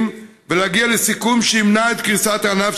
ולהגיע לסיכום שימנע את קריסת הענף,